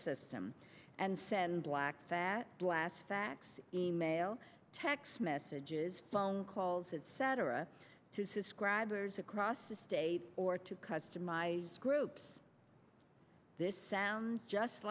system and send black fat glass fax email text messages phone calls etc to subscribers across the state or to customize groups this sounds just